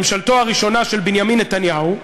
ממשלתו הראשונה של בנימין נתניהו.